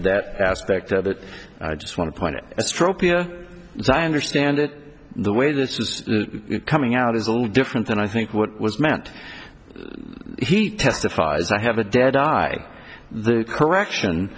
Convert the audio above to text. that aspect of it i just want to point it struck me as i understand it the way this is coming out is a little different and i think what was meant he testifies i have a dead guy the correction